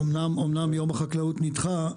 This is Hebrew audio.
אמנם יום החקלאות נדחה,